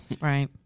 right